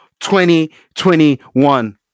2021